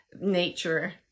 nature